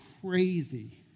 crazy